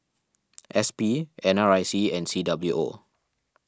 S P N R I C and C W O